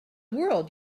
world